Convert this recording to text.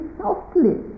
softly